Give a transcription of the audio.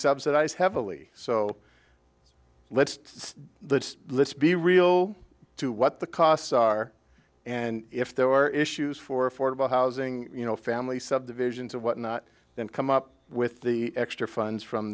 subsidize heavily so let's see the list be real to what the costs are and if there are issues for affordable housing you know family subdivisions of whatnot then come up with the extra funds from